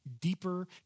deeper